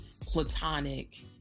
platonic